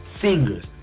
Singers